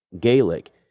gaelic